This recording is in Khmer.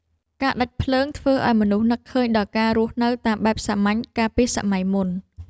ការដាច់ភ្លើងធ្វើឱ្យមនុស្សនឹកឃើញដល់ការរស់នៅតាមបែបសាមញ្ញកាលពីសម័យមុន។